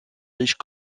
riches